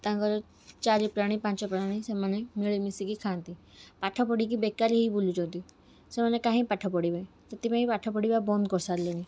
ତାଙ୍କର ଚାରି ପ୍ରାଣୀ ପାଞ୍ଚ ପ୍ରାଣୀ ସେମାନେ ମିଳିମିଶିକି ଖାଆନ୍ତି ପାଠ ପଢ଼ିକି ବେକାର ହେଇକି ବୁଲୁଛନ୍ତି ସେମାନେ କାହିଁକି ପାଠପଢ଼ିବେ ସେଥିପାଇଁ ପାଠ ପଢ଼ିବା ବନ୍ଦ କରି ସାରିଲେଣି